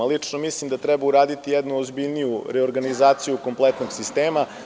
Lično mislim da treba uraditi jednu ozbiljniju reorganizaciju u kompletnog sistema.